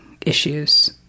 issues